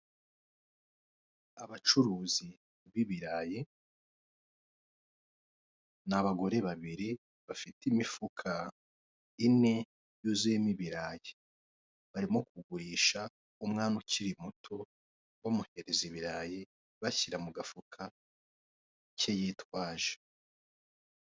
Abacuruzi b'ibirayi ni abagore babiri bafite imifuka ine yuzuyemo ibirayi, barimo kugurisha umwana ukiri muto bamuhereza ibirayi bashyira mu gafuka ke yitwaje.